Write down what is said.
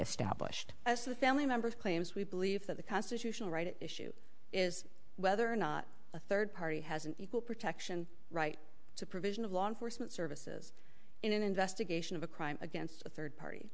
established as the family members claims we believe that the constitutional right at issue is whether or not a third party has an equal protection right to provision of law enforcement services in an investigation of a crime against a third party